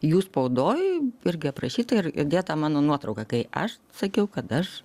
jų spaudoj irgi aprašyta ir įdėta mano nuotrauka kai aš sakiau kad aš